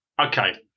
Okay